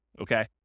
okay